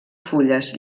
fulles